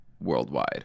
worldwide